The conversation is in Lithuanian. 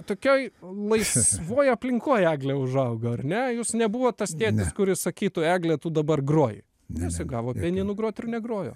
tokioj laisvoj aplinkoj eglė užaugo ar ne jūs nebuvot tas tėtis kuris sakytų egle tu dabar groji nesigavo pianinu grot ir negrojo